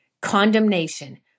Condemnation